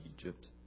Egypt